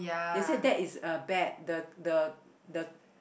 they said that is uh bad the the the